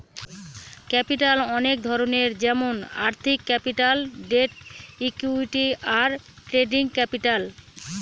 capital অনেক ধরনের যেমন আর্থিক ক্যাপিটাল, ডেট, ইকুইটি, আর ট্রেডিং ক্যাপিটাল